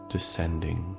Descending